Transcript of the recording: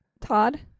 Todd